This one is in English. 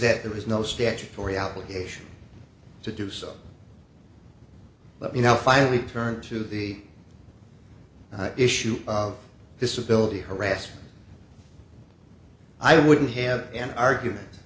that there is no statutory obligation to do so but you now finally turn to the issue of disability harassment i wouldn't have an argument